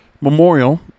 Memorial